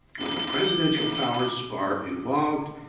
when the presidential powers are involved,